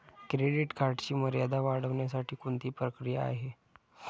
Credit कार्डची मर्यादा वाढवण्यासाठी कोणती प्रक्रिया आहे?